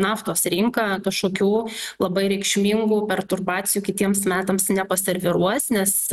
naftos rinka kažkokių labai reikšmingų perturbacijų kitiems metams nepaserviruos nes